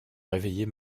réveiller